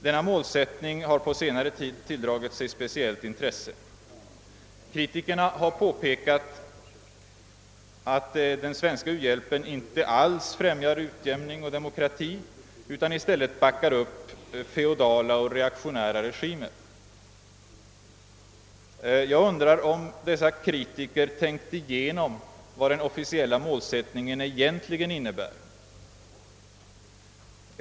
Denna målsättning har på senare tid tilldragit sig speciellt intresse. Kritikerna har påstått att den svenska u-hjälpen inte alls främjar utjämning och demokrati utan i stället backar upp feodala och reaktionära regimer. Jag undrar om dessa kritiker tänkt igenom vad den officiella målsättningen egentligen innebär.